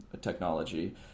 technology